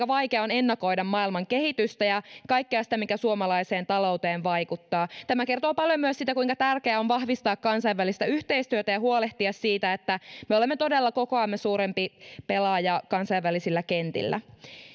vaikea on ennakoida maailman kehitystä ja kaikkea sitä mikä suomalaiseen talouteen vaikuttaa tämä kertoo paljon myös siitä kuinka tärkeä on vahvistaa kansainvälistä yhteistyötä ja huolehtia siitä että me olemme todella kokoamme suurempi pelaaja kansainvälisillä kentillä